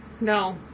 No